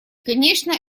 конечно